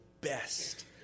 best